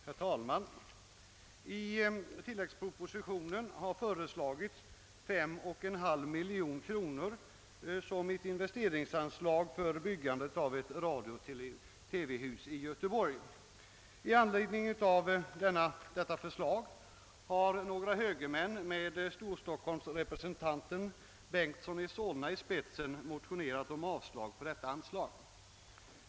Herr talman! I tilläggspropositionen har som investeringsanslag för byggande av ett radiooch televisionshus i Göteborg föreslagits 5,5 miljoner kronor. Några högermän med storstockholmsrepresentanten herr Bengtson i Solna i spetsen har i ett motionspar yrkat avslag på förslaget.